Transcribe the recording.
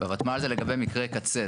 בותמ"ל זה לגבי מקרה קצה,